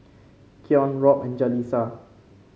Keon Robb and Jaleesa